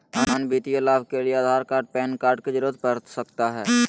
अन्य वित्तीय लाभ के लिए आधार कार्ड पैन कार्ड की जरूरत पड़ सकता है?